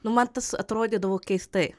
nu man tas atrodydavo keistai